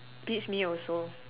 beats me also